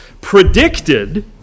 predicted